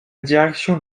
direction